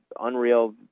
Unreal